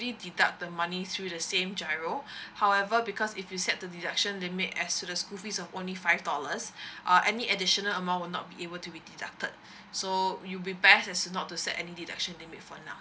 deduct the money through the same G_I_R_O however because if you set the deduction limit as to the school fees of only five dollars uh any additional amount will not be able to be deducted so would be best not to set any deduction limit for now